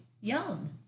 Yum